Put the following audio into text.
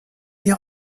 die